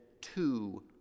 two